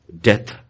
death